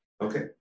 okay